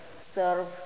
serve